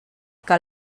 que